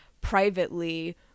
privately